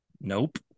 Nope